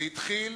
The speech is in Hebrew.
זה התחיל